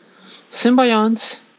Symbionts